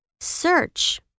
Search